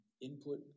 input